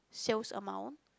sales amount